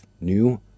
new